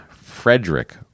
Frederick